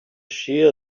shear